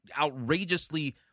outrageously